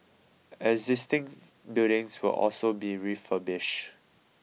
existing buildings will also be refurbished